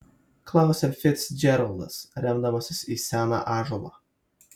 klausia ficdžeraldas remdamasis į seną ąžuolą